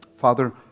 Father